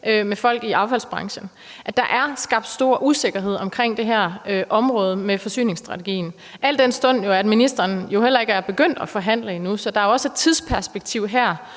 med folk i affaldsbranchen – at der er skabt stor usikkerhed om det her område med forsyningsstrategien, al den stund at ministeren jo heller ikke er begyndt at forhandle endnu. Så der er også et tidsperspektiv her.